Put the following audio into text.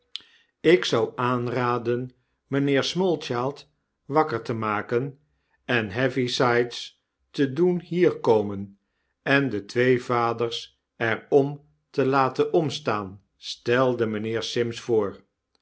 jk zou aanraden mijnheer smallchild wakker te maken en heavysides te doen hier komen en de twee vaders er om telatenomstaan stelde mijnheer sims voor